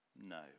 No